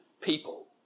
people